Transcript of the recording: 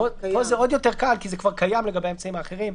עוד יותר קל כי זה קיים לגבי האמצעים האחרים.